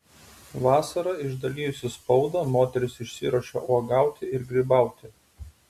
vasarą išdalijusi spaudą moteris išsiruošia uogauti ir grybauti